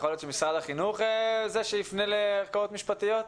יכול להיות שמשרד החינוך זה שיפנה לערכאות משפטיות?